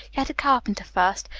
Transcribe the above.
get a carpenter first.